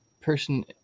person